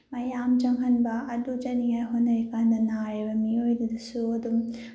ꯃꯌꯥꯝ ꯆꯪꯍꯟꯕ ꯑꯗꯨ ꯆꯠꯅꯤꯡꯉꯥꯏ ꯍꯣꯠꯅꯔꯤꯀꯥꯟꯗꯨꯗ ꯅꯥꯔꯤꯕ ꯃꯤꯑꯣꯏ ꯑꯗꯗꯨꯁꯨ ꯑꯗꯨꯝ